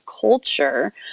culture